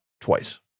twice